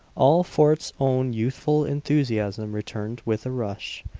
all fort's own youthful enthusiasm returned with a rush.